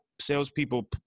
salespeople